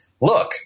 look